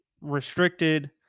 restricted